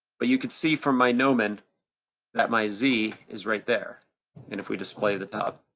but you could see from my nomen that my z is right there. and if we display the tub,